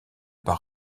par